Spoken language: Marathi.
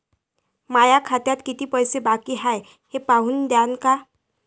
माया खात्यात कितीक पैसे बाकी हाय हे पाहून द्यान का?